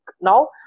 now